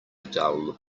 dull